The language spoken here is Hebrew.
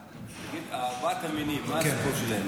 --- תגיד, ארבעת המינים, מה הסיפור שלהם?